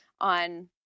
on